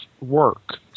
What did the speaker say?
work